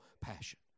passion